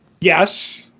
Yes